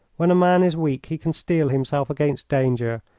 when a man is weak he can steel himself against danger,